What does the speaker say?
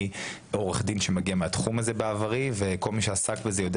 אני עורך דין שמגיע מהתחום הזה בעברי וכל מי שעסק בזה יודע